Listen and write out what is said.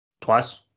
twice